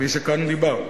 כפי שכאן דיברנו,